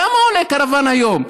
כמה עולה קרוון היום?